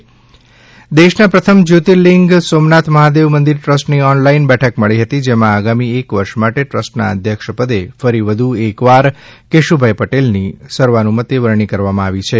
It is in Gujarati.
સોમનાથ ટ્રસ્ટ દેશના પ્રથમ જ્યોર્તિલિંગ સોમનાથ મહાદેવ મંદિર ટ્રસ્ટની ઓનલાઈન બેઠક મળી હતી જેમાં આગામી એક વર્ષ માટે ટ્રસ્ટના અધ્યક્ષ પદે ફરી વધુ એક વાર કેશુભાઈ પટેલની સર્વાનુમતે વરણી કરવામાં આવી છે